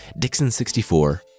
Dixon64